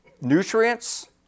nutrients